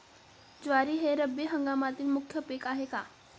ज्वारी हे रब्बी हंगामातील मुख्य पीक आहे का?